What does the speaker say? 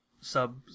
sub